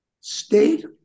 state